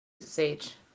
sage